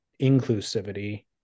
inclusivity